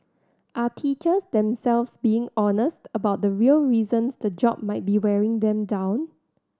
are teachers themselves being honest about the real reasons the job might be wearing them down